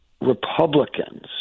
Republicans